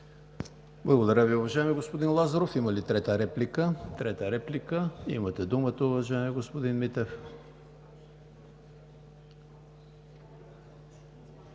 Благодаря Ви, уважаеми господин Лазаров. Има ли трета реплика? Имате думата, уважаеми господин Митев.